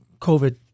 COVID